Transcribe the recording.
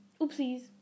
oopsies